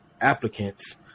applicants